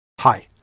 hi!